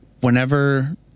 whenever